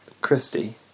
Christy